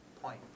point